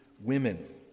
women